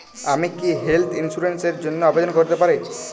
আমি কি health insurance র জন্য আবেদন করতে পারি?